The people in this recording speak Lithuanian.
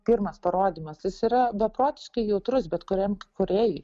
pirmas parodymas jis yra beprotiškai jautrus bet kuriam kūrėjui